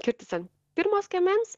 kirtis ant pirmo skiemens